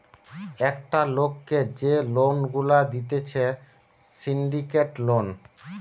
একটা লোককে যে লোন গুলা দিতেছে সিন্ডিকেট লোন